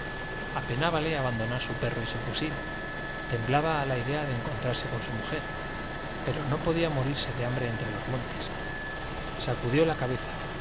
su desayuno apenábale abandonar su perro y su fusil temblaba a la idea de encontrarse con su mujer pero no podía morirse de hambre entre los montes sacudió la cabeza